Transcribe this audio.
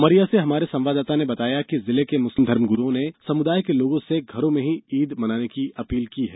उमरिया से हमारे संवाददाता ने बताया है कि जिले के मुस्लिम धर्मगुरुओं ने समुदाय के लोगों से घरों में ही ईद मनाने की अपील की है